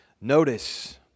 notice